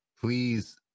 please